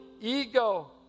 ego